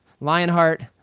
Lionheart